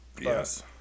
Yes